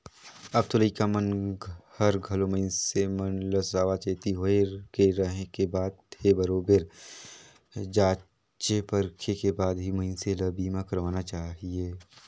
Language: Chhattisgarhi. अब तो लइका मन हर घलो मइनसे मन ल सावाचेती होय के रहें के बात हे बरोबर जॉचे परखे के बाद ही मइनसे ल बीमा करवाना चाहिये